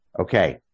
Okay